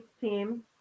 team